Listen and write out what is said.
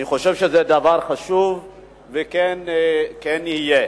אני חושב שזה דבר חשוב, וכן יהיה.